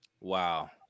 Wow